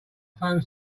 phone